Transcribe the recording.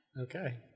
Okay